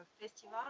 festival